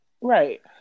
Right